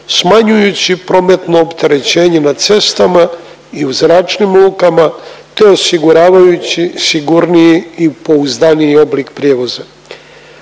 smanjujući prometno opterećenje na cestama i u zračnim lukama te osiguravajući sigurniji i pouzdaniji oblik prijevoza.